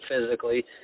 physically